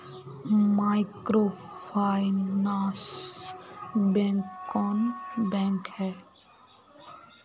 Microfinance bank कौन bank है?